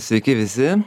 sveiki visi